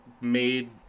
made